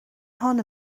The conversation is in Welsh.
hon